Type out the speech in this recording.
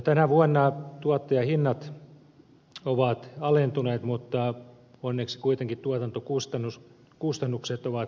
tänä vuonna tuottajahinnat ovat alentuneet mutta onneksi kuitenkin tuotantokustannukset ovat alentuneet